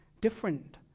different